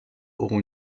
auront